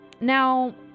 now